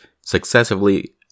successively